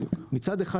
מצד אחד,